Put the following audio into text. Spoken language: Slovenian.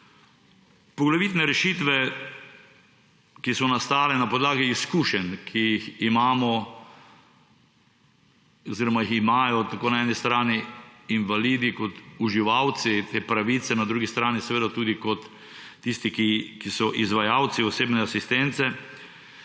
Poglavitne rešitve, ki so nastale na podlagi izkušenj, ki jih imajo tako na eni strani invalidi kot uživalci te pravice, na drugi strani seveda tudi kot tisti, ki so izvajalci osebne asistence,